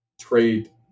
trade